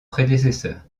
prédécesseur